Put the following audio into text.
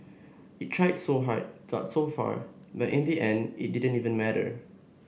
it tried so hard got so far but in the end it didn't even matter